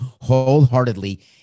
wholeheartedly